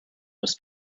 was